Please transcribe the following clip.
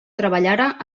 treballara